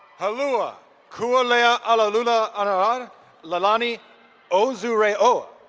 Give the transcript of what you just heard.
halua kualea allelula ararar lelani ozureo.